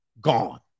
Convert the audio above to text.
Gone